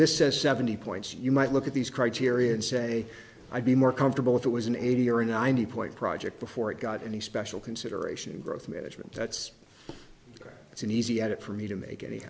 says seventy points you might look at these criteria and say i'd be more comfortable if it was an eighty or ninety point project before it got any special consideration and growth management that's it's an easy at it for me to make any